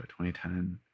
2010